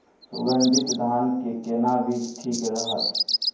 सुगन्धित धान के केना बीज ठीक रहत?